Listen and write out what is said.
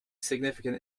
significant